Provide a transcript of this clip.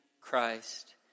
Christ